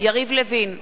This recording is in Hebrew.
יריב לוין,